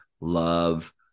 love